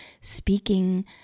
speaking